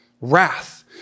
Wrath